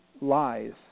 lies